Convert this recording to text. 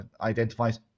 identifies